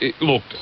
look